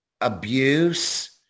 abuse